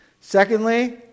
Secondly